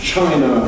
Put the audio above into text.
China